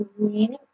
green